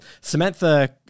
Samantha